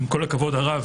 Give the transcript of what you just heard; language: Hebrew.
עם כל הכבוד הרב,